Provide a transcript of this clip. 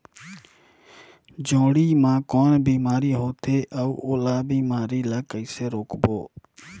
जोणी मा कौन बीमारी होथे अउ ओला बीमारी ला कइसे रोकबो?